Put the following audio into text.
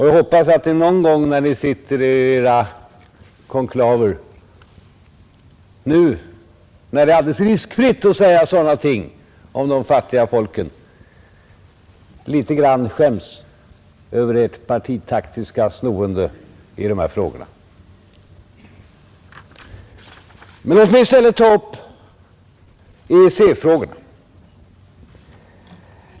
Jag hoppas att ni någon gång när ni sitter i era konklaver — nu när det är alldeles riskfritt att säga sådana ting om de fattiga folken — skäms litet över ert partitaktiska snoende i dessa frågor. Men låt mig i stället ta upp EEC-frågan!